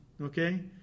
okay